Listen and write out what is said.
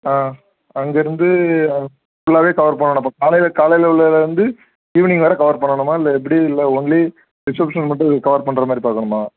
ஆ அங்கிருந்து ஃபுல்லாகவே கவர் பண்ணணும் அப்போ காலையில் காலையில் உள்ளதுலேருந்து ஈவினிங் வரை கவர் பண்ணணுமா இல்லை எப்படி இல்லை ஒன்லி ரிஷப்ஷன் மட்டும் உங்களுக்கு கவர் பண்ணுற மாதிரி பார்க்கணுமா